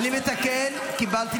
--- אני יכול לבוא